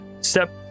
step